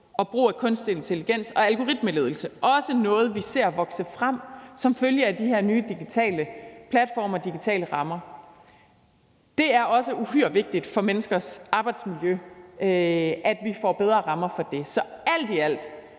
og brug af kunstig intelligens og algoritmeledelse. Det er også noget, vi ser vokse frem som følge af de her nye digitale platforme og digitale rammer. Det er også uhyre vigtigt for menneskers arbejdsmiljø, at vi får sikret bedre rammer for det. Så alt i alt